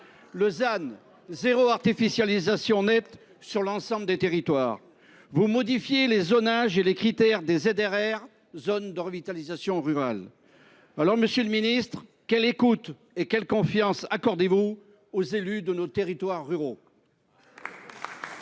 et le zéro artificialisation nette (ZAN) sur l’ensemble des territoires. Vous modifiez les zonages et les critères des zones de revitalisation rurale (ZRR). Monsieur le ministre, quelle écoute et quelle confiance accordez vous aux élus de nos territoires ruraux ?